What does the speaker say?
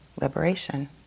liberation